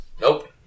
nope